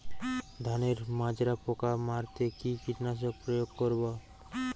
ধানের মাজরা পোকা মারতে কি কীটনাশক প্রয়োগ করব?